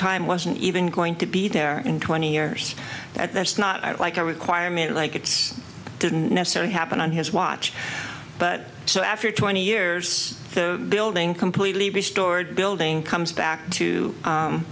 time wasn't even going to be there in twenty years that there's not like a requirement like it's didn't necessarily happen on his watch but so after twenty years the building completely restored building comes back to